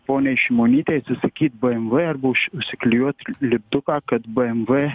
poniai šimonytei atsisakyt bmw arba užsiklijuot lipduką kad bmw